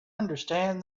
understand